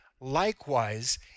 likewise